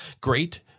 Great